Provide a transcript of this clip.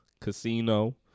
Casino